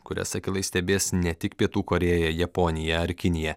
kurias akylai stebės ne tik pietų korėja japonija ar kinija